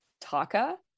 Taka